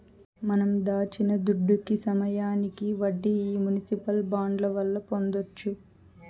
మనం దాచిన దుడ్డుకి సమయానికి వడ్డీ ఈ మునిసిపల్ బాండ్ల వల్ల పొందొచ్చు